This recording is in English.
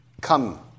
come